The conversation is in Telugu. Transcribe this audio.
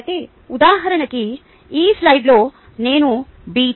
కాబట్టి ఉదాహరణకు ఈ స్లైడ్లో నేను బి